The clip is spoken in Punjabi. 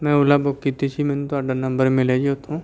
ਮੈਂ ਓਲਾ ਬੁੱਕ ਕੀਤੀ ਸੀ ਮੈਨੂੰ ਤੁਹਾਡਾ ਨੰਬਰ ਮਿਲਿਆ ਜੀ ਉੱਥੋਂ